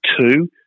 two